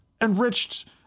enriched